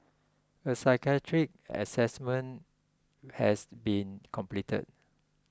a psychiatric assessment has been completed